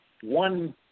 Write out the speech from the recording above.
One